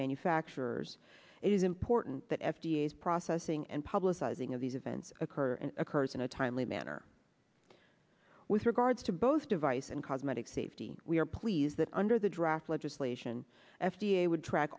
manufacturers it is important that f d a is processing and publicizing of these events occur and occurs in a timely manner with regards to both device and cosmetic safety we are pleased that under the draft legislation f d a would track